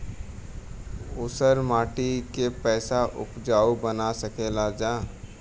ऊसर माटी के फैसे उपजाऊ बना सकेला जा?